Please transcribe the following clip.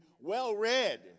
well-read